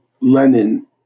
Lenin